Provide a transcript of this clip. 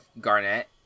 Garnett